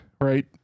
right